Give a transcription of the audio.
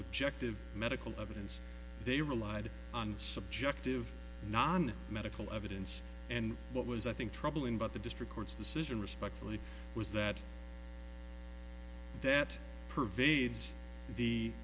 objective medical evidence they relied on subjective non medical evidence and what was i think troubling about the district court's decision respectfully was that that pervades the